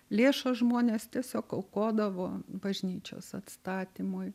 lėšas žmonės tiesiog aukodavo bažnyčios atstatymui